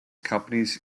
companies